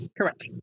Correct